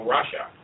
Russia